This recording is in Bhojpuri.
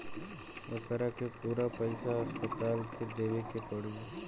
ओकरा के पूरा पईसा अस्पताल के देवे के पड़ी